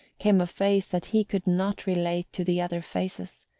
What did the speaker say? came a face that he could not relate to the other faces.